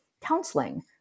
counseling